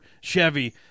Chevy